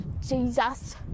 Jesus